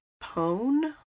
pone